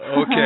Okay